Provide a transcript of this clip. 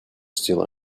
still